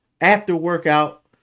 after-workout